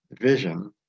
vision